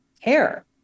care